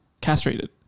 castrated